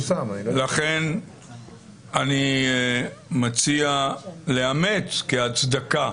לכן אני מציע לאמץ כהצדקה